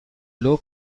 low